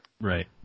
Right